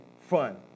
fun